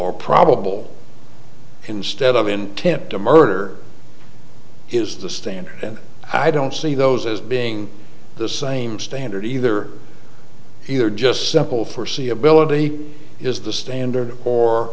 or probable instead of intent to murder is the standard and i don't see those as being the same standard either here just simple foreseeability is the standard or